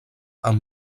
amb